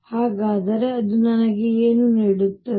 ಹಾಗಾದರೆ ಅದು ನನಗೆ ಏನು ನೀಡುತ್ತದೆ